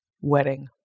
wedding